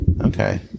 okay